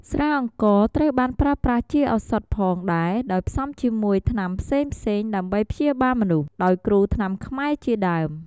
ស្រាអង្ករត្រូវបានប្រើប្រាស់ជាឪសថផងដែរដោយផ្សំជាមួយថ្នាំផ្សេងៗដើម្បីព្យាបាលមនុស្ស ដោយគ្រូថ្នាំខ្មែរជាដើម។